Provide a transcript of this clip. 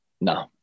No